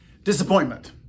Disappointment